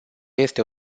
este